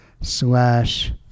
slash